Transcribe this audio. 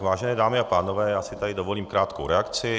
Vážené dámy a pánové, já si tady dovolím krátkou reakci.